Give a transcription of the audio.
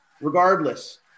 Regardless